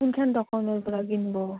কোনখন দোকানৰপৰা কিনব